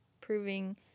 proving